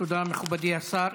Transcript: תודה, מכובדי השר.